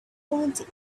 want